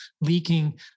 leaking